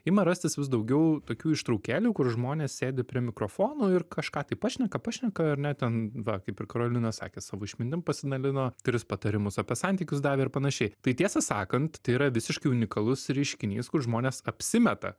ima rastis vis daugiau tokių ištraukėlių kur žmonės sėdi prie mikrofonų ir kažką taip pašneka pašneka ar ne ten va kaip ir karolina sakė savo išmintim pasidalino tris patarimus apie santykius davė ir panašiai tai tiesą sakant tai yra visiškai unikalus reiškinys kur žmonės apsimeta